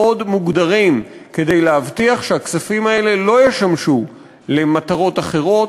מוגדרים כדי להבטיח שהכספים האלה לא ישמשו למטרות אחרות,